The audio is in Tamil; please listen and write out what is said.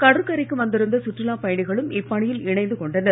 கடற்கரைக்கு வந்திருந்த சுற்றுலா பயணிகளும் இப்பணியில் இணைந்து கொண்டனர்